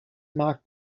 marked